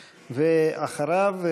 ואחריו,